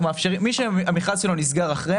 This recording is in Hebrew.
מי שהמכרז שלו נסגר אחרי,